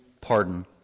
pardon